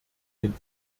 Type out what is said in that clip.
den